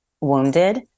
wounded